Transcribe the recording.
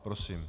Prosím.